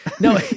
No